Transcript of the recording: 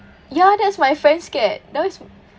ya that's my friend's cat that [one] is